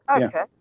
okay